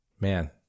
man